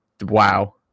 wow